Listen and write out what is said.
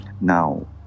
Now